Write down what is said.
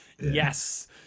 yes